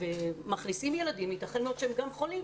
ומכניסים ילדים שיתכן מאוד שהם חולים.